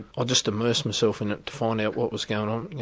ah just immersed myself in it to find out what was going on.